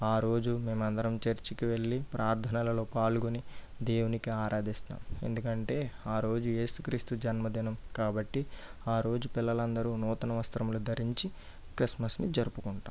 ఆరోజు మేము అందరం చర్చికి వెళ్ళి ప్రార్థనలలో పాల్గొని దేవుని ఆరాధిస్తాం ఎందుకంటే ఆ రోజు ఏసుక్రీస్తు జన్మదినం కాబట్టి ఆ రోజు పిల్లలందరు నూతన వస్త్రములు ధరించి క్రిస్మస్ని జరుపుకుంటాం